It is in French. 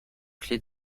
clé